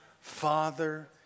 Father